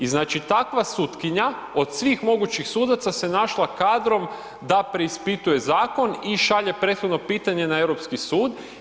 I znači takva sutkinja od svih mogućih sudaca se našla kadrom da preispituje zakon i šalje prethodno pitanje na Europski sud.